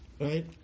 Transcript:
right